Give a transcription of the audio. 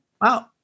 wow